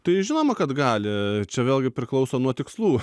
tai žinoma kad gali čia vėlgi priklauso nuo tikslų